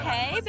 Hey